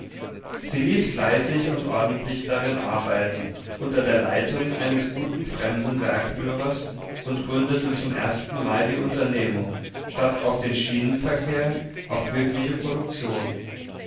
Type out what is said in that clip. sie ließ fleißig und ordentlich darin arbeiten unter der leitung eines guten fremden werkführers und gründete zum erstenmal die unternehmung statt auf den scheinverkehr auf wirkliche produktion